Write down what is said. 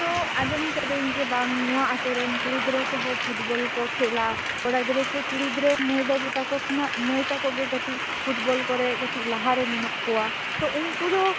ᱛᱚ ᱟᱧᱡᱚᱢᱟᱠᱟᱫᱟ ᱧ ᱡᱮ ᱵᱟᱝ ᱱᱚᱣᱟ ᱟᱹᱛᱩᱨᱮᱱ ᱠᱩᱲᱤ ᱜᱤᱫᱽᱨᱟ ᱠᱚᱦᱚᱸ ᱯᱷᱩᱴᱵᱚᱞ ᱠᱚ ᱠᱷᱮᱞᱟ ᱠᱚᱲᱟ ᱜᱤᱫᱽᱨᱟ ᱪᱮ ᱠᱩᱲᱤ ᱜᱤᱫᱽᱨᱟ ᱢᱟ ᱭ ᱵᱟ ᱵᱩ ᱛᱟᱠᱚ ᱠᱷᱚᱱᱟᱜ ᱢᱟ ᱭ ᱛᱟᱠᱚ ᱜᱮ ᱠᱟ ᱴᱤᱡ ᱯᱷᱩᱴᱵᱚᱞ ᱠᱚᱨᱮ ᱠᱟ ᱴᱤᱡ ᱞᱟᱦᱟᱨᱮ ᱢᱮᱱᱟᱜ ᱠᱚᱣᱟ ᱛᱚ ᱩᱱᱠᱩᱫᱚ